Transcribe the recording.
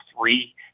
three